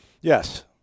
Yes